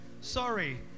Sorry